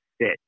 sit